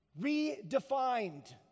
redefined